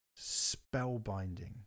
spellbinding